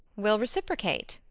we'll reciprocate.